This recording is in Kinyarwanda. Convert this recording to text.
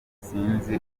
nsinzi